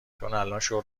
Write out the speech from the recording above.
شرت